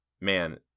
man